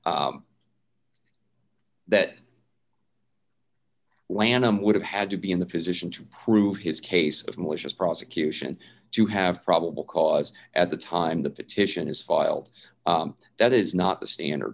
that that lanham would have had to be in the position to prove his case of malicious prosecution to have probable cause at the time the petition is filed that is not the standard